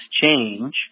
change